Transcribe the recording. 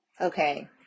okay